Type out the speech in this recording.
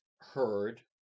heard